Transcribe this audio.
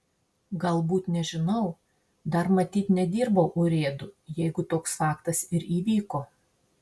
galbūt nežinau dar matyt nedirbau urėdu jeigu toks faktas ir įvyko